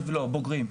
לא בוגרים.